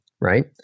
Right